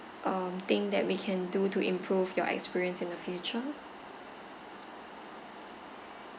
um thing that we can do to improve your experience in the future